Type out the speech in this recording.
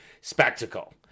spectacle